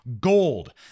Gold